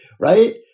right